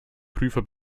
prüfer